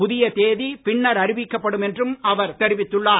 புதிய தேதி பின்னர் அறிவிக்கப்படும் என்றும் அவர் தெரிவித்துள்ளார்